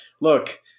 Look